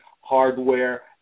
hardware